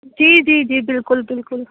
جی جی جی بالکل بالکل